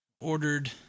ordered